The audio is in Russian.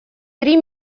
три